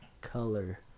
color